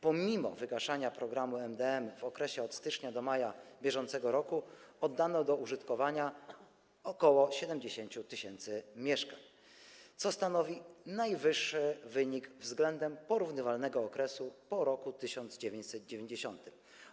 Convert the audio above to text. Pomimo wygaszania programu MdM w okresie od stycznia do maja br. oddano do użytkowania ok. 70 tys. mieszkań, co stanowi najwyższy wynik względem porównywalnego okresu po roku 1990.